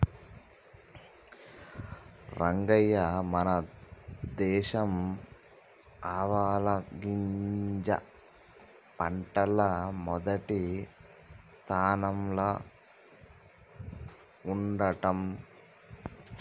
రంగయ్య మన దేశం ఆవాలగింజ పంటల్ల మొదటి స్థానంల ఉండంట